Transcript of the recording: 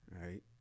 right